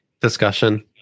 discussion